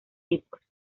tipos